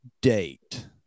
date